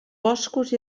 boscos